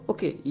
Okay